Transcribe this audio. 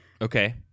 Okay